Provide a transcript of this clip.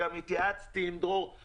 גם התייעצתי עם דרור על כך.